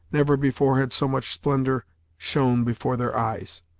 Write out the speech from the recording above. never before had so much splendor shone before their eyes.